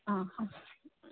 ହଁ ହଁ